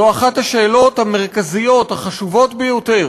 זו אחת השאלות המרכזיות והחשובות ביותר